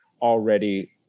already